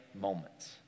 moments